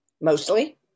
Mostly